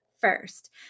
first